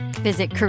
Visit